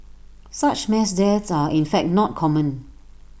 such mass deaths are in fact not common